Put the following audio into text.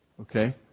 Okay